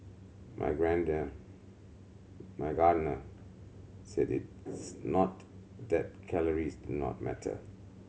my my Gardner said it's not that calories do not matter